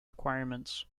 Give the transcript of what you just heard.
requirements